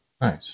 Nice